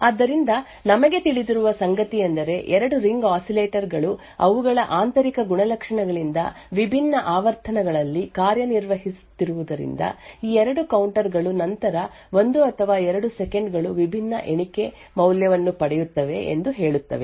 ಆದ್ದರಿಂದ ನಮಗೆ ತಿಳಿದಿರುವ ಸಂಗತಿಯೆಂದರೆ 2 ರಿಂಗ್ ಆಸಿಲೇಟರ್ ಗಳು ಅವುಗಳ ಆಂತರಿಕ ಗುಣಲಕ್ಷಣಗಳಿಂದ ವಿಭಿನ್ನ ಆವರ್ತನಗಳಲ್ಲಿ ಕಾರ್ಯನಿರ್ವಹಿಸುತ್ತಿರುವುದರಿಂದ ಈ 2 ಕೌಂಟರ್ ಗಳು ನಂತರ 1 ಅಥವಾ 2 ಸೆಕೆಂಡು ಗಳು ವಿಭಿನ್ನ ಎಣಿಕೆ ಮೌಲ್ಯವನ್ನು ಪಡೆಯುತ್ತವೆ ಎಂದು ಹೇಳುತ್ತವೆ